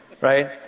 right